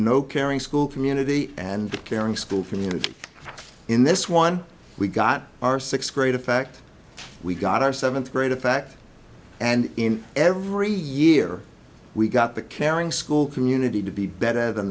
no caring school community and caring school for me and in this one we got our sixth grade a fact we got our seventh grade in fact and in every year we got the caring school community to be better than